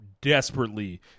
desperately